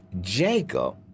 Jacob